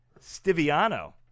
Stiviano